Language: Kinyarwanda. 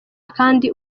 kandi